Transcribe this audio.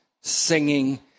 singing